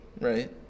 right